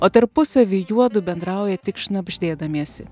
o tarpusavy juodu bendrauja tik šnabždėdamiesi